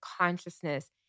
consciousness